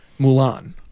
Mulan